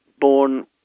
born